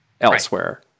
elsewhere